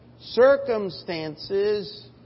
Circumstances